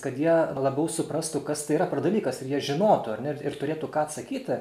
kad jie labiau suprastų kas tai yra per dalykas ir jie žinotų ar ne ir ir turėtų ką atsakyti